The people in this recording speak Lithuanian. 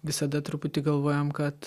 visada truputį galvojam kad